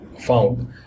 found